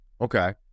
Okay